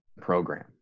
program